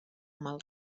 mal